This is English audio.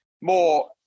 more